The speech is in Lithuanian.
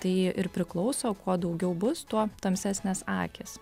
tai ir priklauso kuo daugiau bus tuo tamsesnės akys